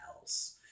else